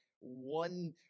one